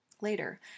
Later